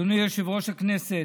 אדוני יושב-ראש הכנסת,